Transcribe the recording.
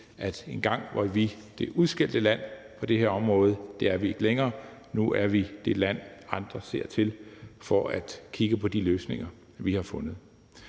at engang var vi det udskældte land på det her område. Det er vi ikke længere. Nu er vi det land, andre ser til for at kigge på de løsninger, vi har fundet.